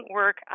work